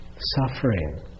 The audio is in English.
suffering